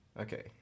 Okay